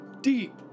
deep